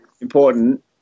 important